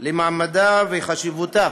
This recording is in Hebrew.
של מעמדה וחשיבותה